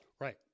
Right